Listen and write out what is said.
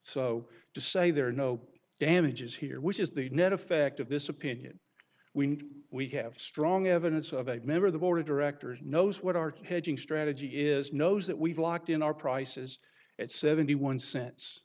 so to say there are no damages here which is the net effect of this opinion we we have strong evidence of a member of the board of directors knows what art hedging strategy is knows that we've locked in our prices at seventy one cents